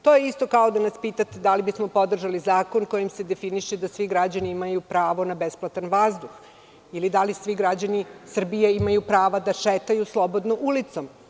To je isto kao da nas pitate da li bismo podržali zakon kojim se definiše da svi građani imaju pravo na besplatan vazduh ili da li svi građani Srbije imaju prava da šetaju slobodno ulicom.